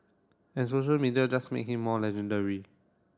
and social media just make him more legendary